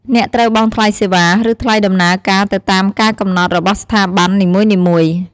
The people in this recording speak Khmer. អ្នកត្រូវបង់ថ្លៃសេវា ឬថ្លៃដំណើរការទៅតាមការកំណត់របស់ស្ថាប័ននីមួយៗ។